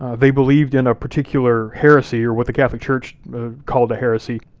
ah they believed in a particular heresy, or what the catholic church called a heresy.